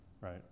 right